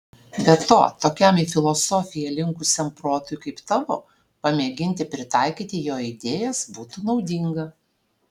be to tokiam į filosofiją linkusiam protui kaip tavo pamėginti pritaikyti jo idėjas būtų naudinga